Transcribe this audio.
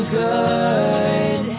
good